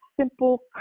simple